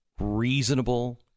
reasonable